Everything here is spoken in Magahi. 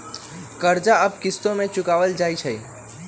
कर्जा अब किश्तो में चुकाएल जाई छई